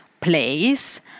place